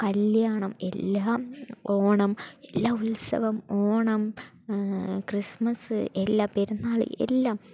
കല്ല്യാണം എല്ലാം ഓണം എല്ലാ ഉത്സവം ഓണം ക്രിസ്മസ് എല്ലാ പെരുന്നാള് എല്ലാം